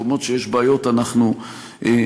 במקומות שיש בעיות אנחנו מתגברים,